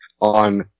on